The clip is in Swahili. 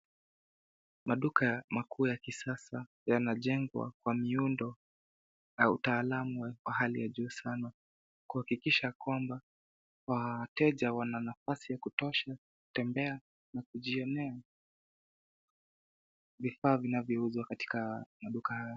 Maduka makuu ya kisasa yanajengwa kwa miundo na utaalamu wa hali ya juu sana, kuhakikisha kwamba wateja wana nafasi ya kutosha, kutembea na kujionea vifaa vinavyouzwa katika maduka haya.